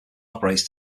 operates